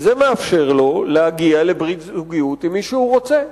זה מאפשר לו להגיע לברית זוגיות עם מי שהוא רוצה.